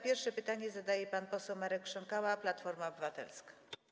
Pierwsze pytanie zada pan poseł Marek Krząkała, Platforma Obywatelska.